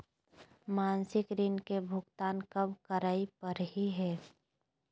मासिक ऋण के भुगतान कब करै परही हे?